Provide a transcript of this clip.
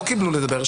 לא קיבלו לדבר.